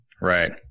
Right